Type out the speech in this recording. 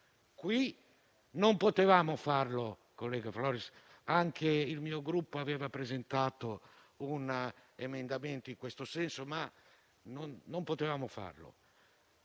Qui non potevamo farlo, collega Floris. Anche il Gruppo cui appartengo aveva presentato un emendamento in tal senso, ma non potevamo farlo.